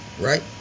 right